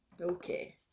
okay